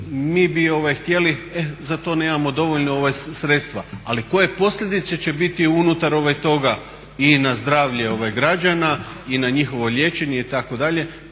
mi bi htjeli e za to nemamo dovoljno sredstva. Ali koje posljedice će biti unutar toga i na zdravlje građana i na njihovo liječenje itd.